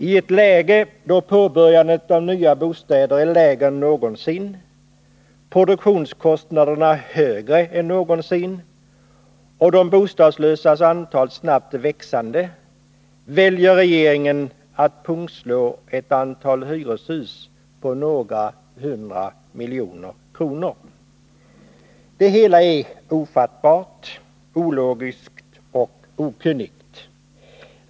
I ett läge då påbörjandet av nya bostäder är lägre än någonsin, produktionskostnaderna högre än någonsin och de bostadslösas antal snabbt växande väljer regeringen att pungslå ett antal hyreshus på några hundra miljoner kronor. Det hela är ofattbart, ologiskt och okunnigt.